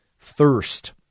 thirst